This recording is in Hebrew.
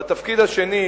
והתפקיד השני,